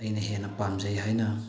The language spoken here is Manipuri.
ꯑꯩꯅ ꯍꯦꯟꯅ ꯄꯥꯝꯖꯩ ꯍꯥꯏꯅ